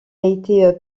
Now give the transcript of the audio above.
été